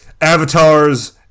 avatars